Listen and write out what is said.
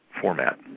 format